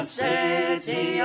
city